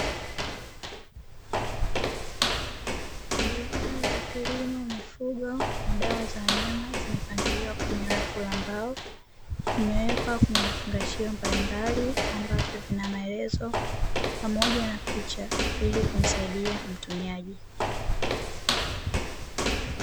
Bidhaa za kilimo, mifugo na dawa za wanyama, zimepangiliwa kwenye rafu la mbao, zimewekwa kwenye vifungashio mbalimbali ambapo vina maelezo pamoja na picha hili kumsaidia mtumiaji.